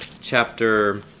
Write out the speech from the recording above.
chapter